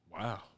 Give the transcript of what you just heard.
Wow